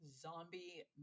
zombie